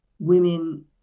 Women